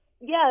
yes